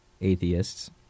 atheists